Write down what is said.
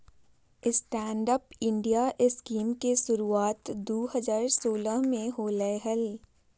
stand up India scheme के शुरुआत दू हज़ार सोलह में होलय हल